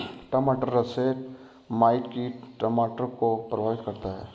टमाटर russet mite कीट टमाटर को प्रभावित करता है